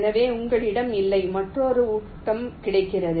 எனவே உங்களிடம் இல்லை மற்றொரு ஊட்டம் கிடைக்கிறது